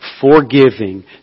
forgiving